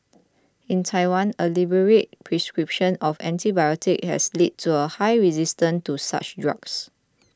in Taiwan a liberal prescription of antibiotics has led to a high resistance to such drugs